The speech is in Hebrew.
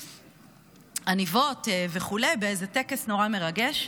עניבות וכו' באיזה טקס נורא מרגש.